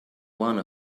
one